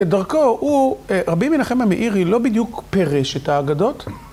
את דרכו הוא, רבי מנחם המאירי לא בדיוק פירש את האגדות.